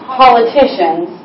politicians